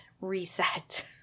reset